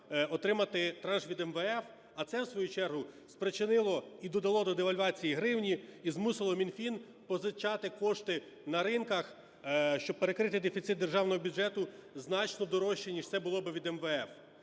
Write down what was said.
отримати транш від МВФ. А це у свою чергу спричинило і додало до девальвації гривні, і змусило Мінфін позичати кошти на ринках, щоб перекрити дефіцит державного бюджету, значно дорожче ніж це було б від МВФ.